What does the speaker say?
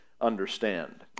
understand